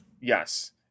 Yes